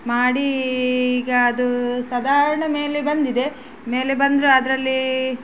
ಮಾಡಿ ಈಗ ಅದೂ ಸಾಧಾರಣ ಮೇಲೆ ಬಂದಿದೆ ಮೇಲೆ ಬಂದ್ರೆ ಅದರಲ್ಲಿ